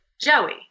Joey